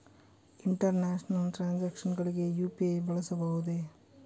International transactions ಗಳಿಗೆ UPI ಬಳಸಬಹುದೇ?